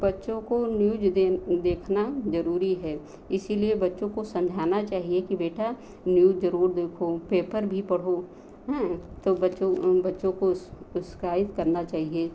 बच्चों को न्यूज़ देन देखना ज़रूरी है इसीलिए बच्चों को समझाना चाहिए कि बेटा न्यूज ज़रूर देखो पेपर भी पढ़ो हाँ तो बच्चों बच्चों को उत्स उत्साहित करना चाहिए